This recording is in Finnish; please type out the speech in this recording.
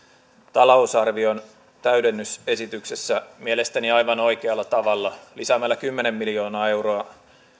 talousarvion täydennysesityksessä mielestäni aivan oikealla tavalla lisäämällä kymmenen miljoonaa euroa